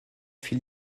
fil